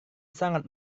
sangat